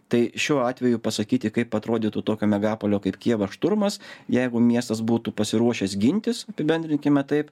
tai šiuo atveju pasakyti kaip atrodytų tokio megapolio kaip kijevo šturmas jeigu miestas būtų pasiruošęs gintis apibendrinkime taip